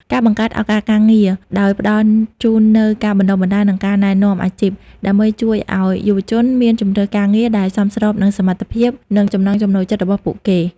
ការបង្កើតឱកាសការងារ ដោយផ្តល់ជូននូវការបណ្តុះបណ្តាល និងការណែនាំអាជីព ដើម្បីជួយឲ្យយុវជនមានជម្រើសការងារដែលសមស្របនឹងសមត្ថភាព និងចំណង់ចំណូលចិត្តរបស់ពួកគេ។